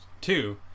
Two